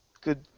good